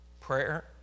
Prayer